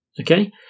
okay